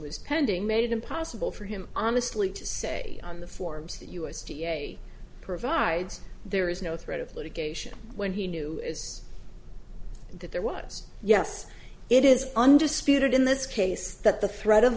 was pending made it impossible for him honestly to say on the forms u s d a provides there is no threat of litigation when he knew that there was yes it is undisputed in this case that the threat of